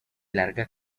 larga